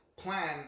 plan